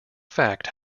fact